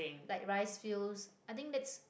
like rice fields I think that's